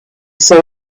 saw